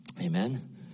amen